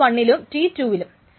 T1 ലും T2 വിലും